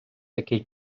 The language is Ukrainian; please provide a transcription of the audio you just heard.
такий